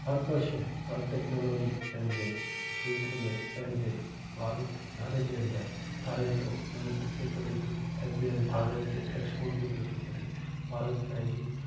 हर का शइ हर टैक्नोलॉजी पंहिंजे खेत्र में पंहिंजे भारत घर जे अंदरु ठाहे थो मैन्युफैक्चर करे थो ऐं ॿियनि भारत खे एक्सपोट बि पियो थो करे भारत पंहिंजी